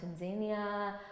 Tanzania